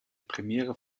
premiere